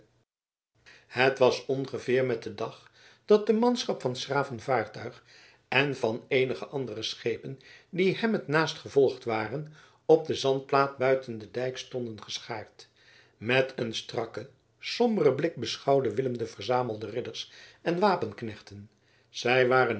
het was ongeveer met den dag dat de manschap van s graven vaartuig en van eenige andere schepen die hem het naast gevolgd waren op de zandplaat buiten den dijk stonden geschaard met een strakken somberen blik beschouwde willem de verzamelde ridders en wapenknechten zij waren